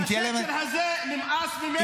השקר הזה, נמאס ממנו.